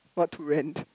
what to rent